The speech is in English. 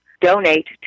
donate